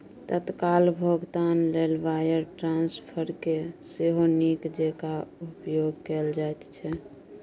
तत्काल भोगतान लेल वायर ट्रांस्फरकेँ सेहो नीक जेंका उपयोग कैल जाइत छै